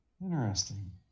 Interesting